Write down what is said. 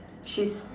she's